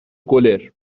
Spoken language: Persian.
گلر